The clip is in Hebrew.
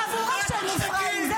חבורה של מופרעים.